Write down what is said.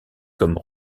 comme